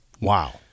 Wow